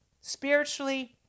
spiritually